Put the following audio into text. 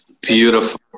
Beautiful